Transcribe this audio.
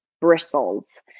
bristles